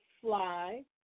fly